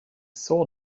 saw